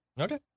Okay